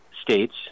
states